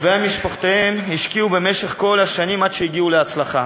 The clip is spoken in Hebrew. ומשפחותיהם השקיעו במשך כל השנים עד שהגיעו להצלחה.